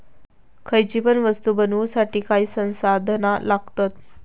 खयची पण वस्तु बनवुसाठी काही संसाधना लागतत